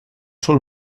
sol